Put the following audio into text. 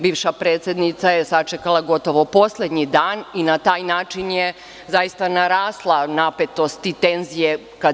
Bivša predsednica je sačekala gotovo poslednji dan i na taj način je zaista narasla napetost i tenzija.